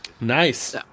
Nice